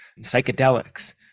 psychedelics